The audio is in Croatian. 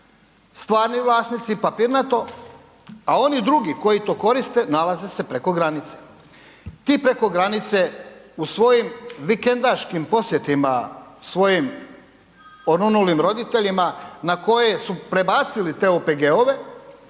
stvari vlasnici papirnato, a oni drugi koji to koriste nalaze se preko granice. Ti preko granice u svojim vikendaškim posjetima svojim oronulim roditeljima na koje su prebacili te OPG-ove